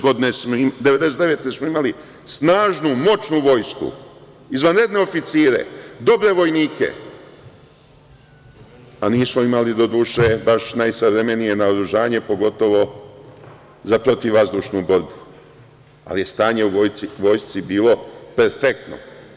Godine 1999. smo imali snažnu, moćnu vojsku, izvanredne oficire, dobre vojnike, a nismo imali, doduše, baš najsavremenije naoružanje, pogotovo za protivvazdušnu borbu, ali je stanje u vojsci bilo perfektno.